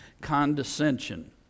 condescension